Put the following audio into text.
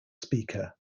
speaker